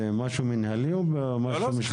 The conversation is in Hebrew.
זה משהו מינהלי או משפטי?